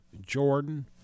Jordan